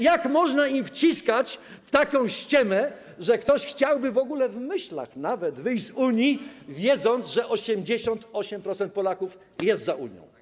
Jak można im wciskać taką ściemę, że ktoś chciałby w ogóle, w myślach nawet, wyjść z Unii, wiedząc, że 88% Polaków jest za Unią?